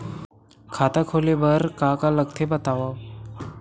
खाता खोले बार का का लगथे बतावव?